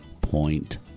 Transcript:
point